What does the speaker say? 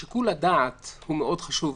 שיקול הדעת הוא מאוד חשוב,